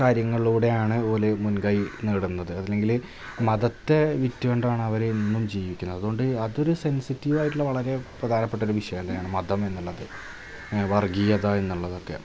കാര്യങ്ങളിലൂടെയാണ് പോലെ മുൻപായി നടന്നത് ഒന്നില്ലെങ്കിൽ മതത്തെ വിറ്റു കൊണ്ടാണവർ എന്നും ജീവിക്കണത് അതുകൊണ്ട് അതൊരു സെൻസിറ്റിവായിട്ടുള്ള വളരെ പ്രധാനപ്പെട്ടൊരു വിഷയം തന്നെയാണ് മതം എന്നുള്ളത് വർഗ്ഗീയത എന്നുള്ളതൊക്കെ